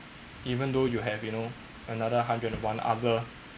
even though you have you know another hundred and one other